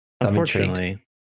Unfortunately